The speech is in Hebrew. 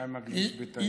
מה עם הכביש בטייבה?